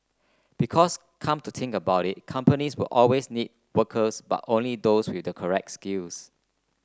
because come to think about it companies will always need workers but only those with the correct skills